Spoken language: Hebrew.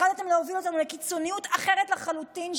החלטתם להוביל אותנו לקיצוניות אחרת לחלוטין,